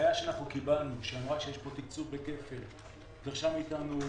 ההנחיה שאנחנו קיבלנו שאמרה שדיש כאן תקצוב בכפל דרשה מאתנו,